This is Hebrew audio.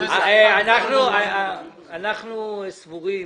אנחנו סבורים